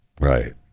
Right